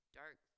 dark